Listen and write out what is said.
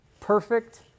Perfect